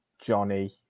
Johnny